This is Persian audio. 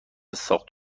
ساخت